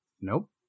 Nope